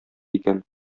икән